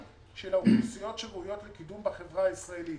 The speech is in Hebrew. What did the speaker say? של האוכלוסיות שראויות לקידום בחברה הישראלית,